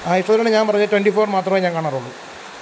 ആ ഇഷ്ടത്തോടെയാണ് ഞാൻ പറഞ്ഞ് ട്വൻ്റി ഫോർ മാത്രമേ ഞാൻ കാണാറുള്ളു